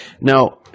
Now